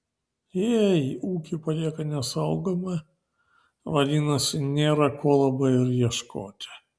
jei ūkį palieka nesaugomą vadinasi nėra ko labai ir ieškoti